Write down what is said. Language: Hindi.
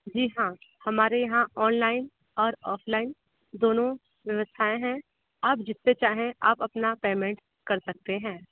जी हाँ हमारे यहाँ ऑनलाइन और ऑफ़लाइन दोनों व्यवस्थाए हैं आप जिससे चाहें आप अपना पेमेंट कर सकते हैं